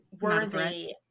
worthy